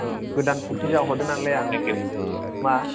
औ गोदान फुख्रि जावहोदों नालाय आं मा